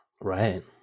Right